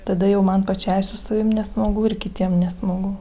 tada jau man pačiai su savim nesmagu ir kitiem nesmagu